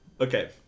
Okay